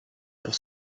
pour